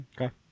Okay